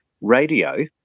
radio